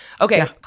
okay